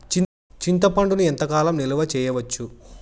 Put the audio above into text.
చింతపండును ఎంత కాలం నిలువ చేయవచ్చు?